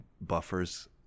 buffers